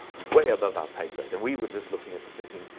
way above our pay grade. and we were just looking at this thinking,